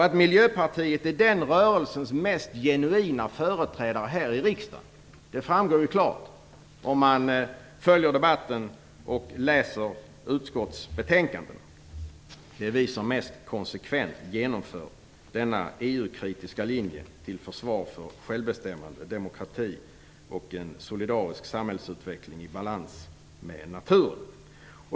Att Miljöpartiet är den rörelsens mest genuina företrädare här i riksdagen framgår klart om man följer debatten och läser utskottsbetänkandena. Det är vi som mest konsekvent genomför denna EU-kritiska linje till försvar för självbestämmande, demokrati och en solidarisk samhällsutveckling i balans med naturen.